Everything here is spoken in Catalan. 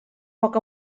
poc